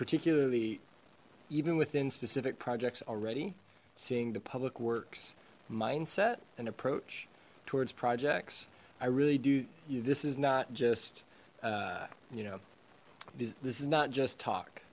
particularly even within specific projects already seeing the public works mindset and approach towards projects i really do you this is not just you know this is not just talk